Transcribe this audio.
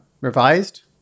revised